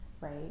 right